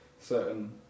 certain